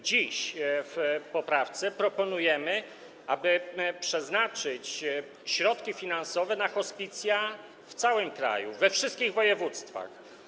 Dziś w poprawce proponujemy, aby przeznaczyć środki finansowe na hospicja w całym kraju, we wszystkich województwach.